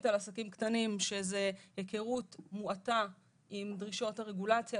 על עסקים קטנים שזו היכרות מועטה עם דרישות הרגולציה,